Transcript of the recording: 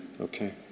Okay